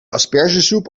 aspergesoep